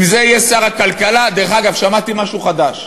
אם זה יהיה שר הכלכלה, דרך אגב, שמעתי משהו חדש,